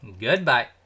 Goodbye